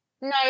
no